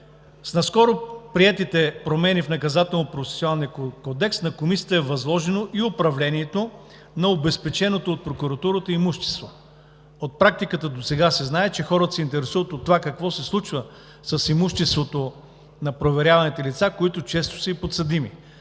наскоро промени в Наказателно-процесуалния кодекс на Комисията е възложено и управлението на обезпеченото от прокуратурата имущество. От практиката досега се знае, че хората се интересуват от това какво се случва с имуществото на проверяваните лица, които често са и подсъдими.